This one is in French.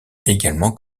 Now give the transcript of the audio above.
également